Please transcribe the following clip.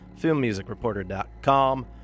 filmmusicreporter.com